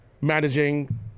managing